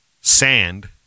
sand